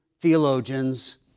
theologians